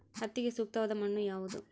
ಹತ್ತಿಗೆ ಸೂಕ್ತವಾದ ಮಣ್ಣು ಯಾವುದು?